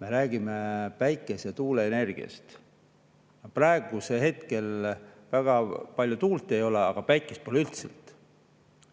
Me räägime päikese-, tuuleenergiast – praegu väga palju tuult ei ole, päikest pole üldse.